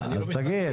אז תגיד.